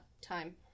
time